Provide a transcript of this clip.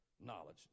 knowledge